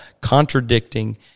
contradicting